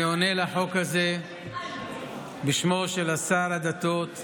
אני עונה על החוק הזה בשמו של שר הדתות,